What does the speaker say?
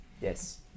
Yes